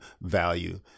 value